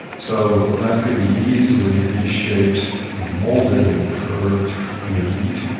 so that could be easily reshaped or moulded and curved under heat